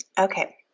Okay